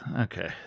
Okay